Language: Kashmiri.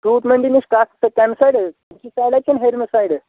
فرٛوٗٹ مٔنڈی نِش کَتھ کَمہِ سایڈٕ حظ دٔچھنہِ سایڈٕ حظ کِنہٕ ہیٚرمہِ سایڈٕ